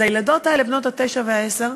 אז הילדות האלה, בנות התשע והעשר,